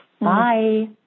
Bye